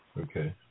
Okay